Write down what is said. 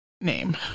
name